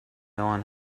own